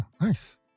Nice